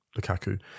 Lukaku